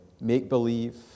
make-believe